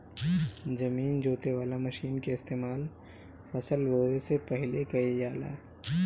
जमीन जोते वाला मशीन के इस्तेमाल फसल बोवे से पहिले कइल जाला